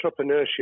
entrepreneurship